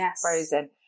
frozen